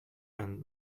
and